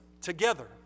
together